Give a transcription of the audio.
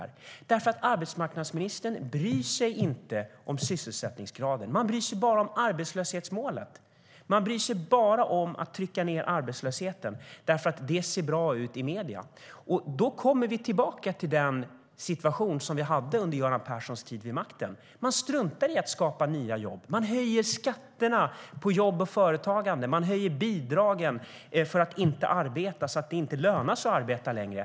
Det är för att arbetsmarknadsministern inte bryr sig om sysselsättningsgraden. Hon bryr sig bara om arbetslöshetsmålet. Hon bryr sig bara om att trycka ned arbetslösheten, för det ser bra ut i medierna. Då är vi tillbaka i den situation vi hade under Göran Perssons tid vid makten. Man struntar i att skapa nya jobb. Man höjer skatterna på jobb och företagande. Man höjer bidragen för att inte arbeta så att det inte lönar sig att arbeta längre.